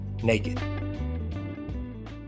naked